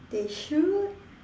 they should